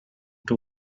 two